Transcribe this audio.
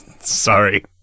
Sorry